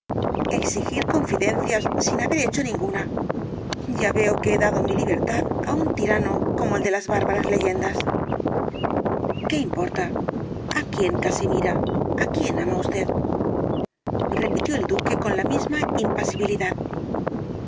azules fidencias sin haber hecho ninguna ya veo que he dado mi libertad á un tirano como el de las bárbaras leyendas qué importa a quién casimira á quién ama usted repitió el duque con la misma impasibilidad por